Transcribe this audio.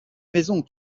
maison